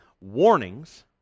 warnings